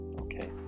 Okay